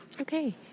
Okay